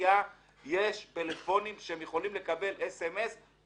מהאוכלוסייה יש טלפונים שהם יכולים לקבל בהם SMS,